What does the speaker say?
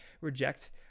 reject